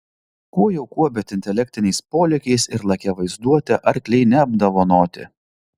kuo jau kuo bet intelektiniais polėkiais ir lakia vaizduote arkliai neapdovanoti